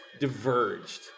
diverged